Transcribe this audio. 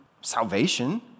salvation